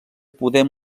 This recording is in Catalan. podem